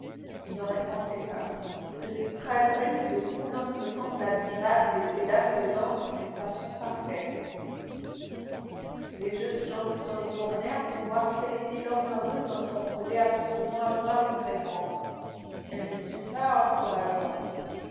il ne répondait pas ce quadrille de coulon me semble admirable et ces dames le dansent d'une façon parfaite les jeunes gens se retournèrent pour voir quel était l'homme heureux dont on voulait absolument avoir une réponse elle ne fut pas encourageante